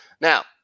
Now